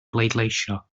bleidleisio